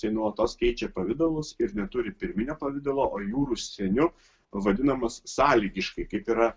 tai nuolatos keičia pavidalus ir neturi pirminio pavidalo o jūrų seniu pavadinamas sąlygiškai kaip yra